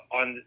on